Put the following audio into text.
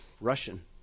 Russian